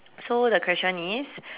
so the question is